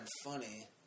funny